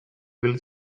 will